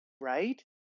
right